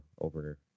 over